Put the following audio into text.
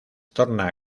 torna